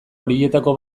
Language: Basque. horietako